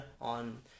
on